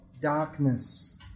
darkness